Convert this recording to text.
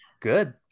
good